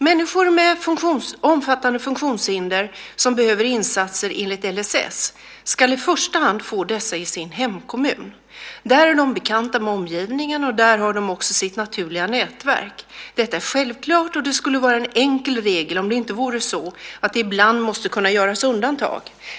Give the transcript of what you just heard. Människor med omfattande funktionshinder som behöver insatser enligt LSS ska i första hand få dessa i sin hemkommun. Där är de bekanta med omgivningen och där har de också sitt naturliga nätverk. Detta är självklart, och det skulle vara en enkel regel om det inte vore så att det ibland måste kunna göras undantag.